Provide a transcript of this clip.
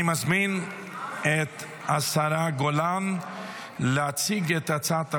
אני מזמין את השרה גולן להציג את הצעת החוק,